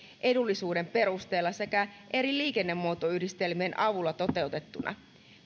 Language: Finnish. edullisuuden perusteella sekä eri liikennemuotoyhdistelmien avulla toteutettuna